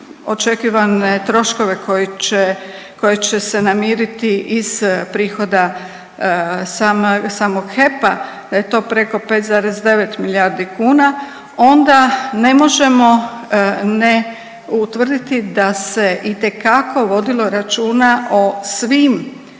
očekivane troškove koji će, koje će se namiriti iz prihoda samog HEP-a, da je to preko 5,9 milijardi kuna, onda ne možemo ne utvrditi da se itekako vodilo računa o svim